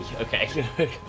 Okay